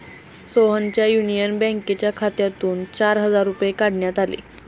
सोहनच्या युनियन बँकेच्या खात्यातून चार हजार रुपये काढण्यात आले